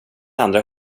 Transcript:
andra